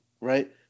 right